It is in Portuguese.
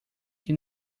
que